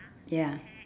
ya